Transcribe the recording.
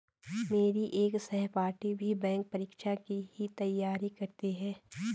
मेरी एक सहपाठी भी बैंक परीक्षा की ही तैयारी करती है